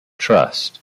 trust